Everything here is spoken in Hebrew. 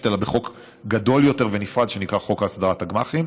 אלא בחוק גדול יותר ונפרד שנקרא חוק הסדרת הגמ"חים.